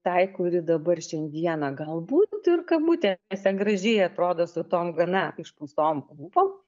tai kuri dabar šiandieną galbūt ir kabutėse gražiai atrodo su tom gana išpūstom lūpom